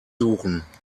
suchen